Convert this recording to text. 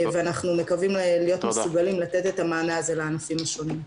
ואנחנו מקווים להיות מסוגלים לתת את המענה הזה לענפים השונים.